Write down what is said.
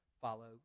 follow